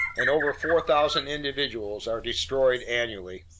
and over four thousand individuals are destroyed annually.